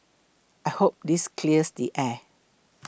I hope this clears the air